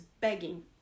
begging